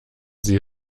sie